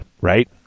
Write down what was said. right